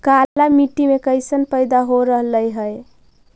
काला मिट्टी मे कैसन पैदा हो रहले है?